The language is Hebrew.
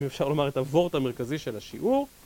אפשר לומר את הוורט המרכזי של השיעור